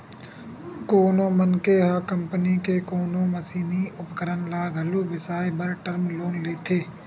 कोनो मनखे ह कंपनी के कोनो मसीनी उपकरन ल घलो बिसाए बर टर्म लोन लेथे